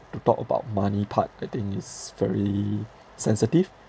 to talk about money part I think is very sensitive